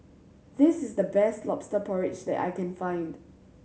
this is the best Lobster Porridge that I can find